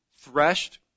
threshed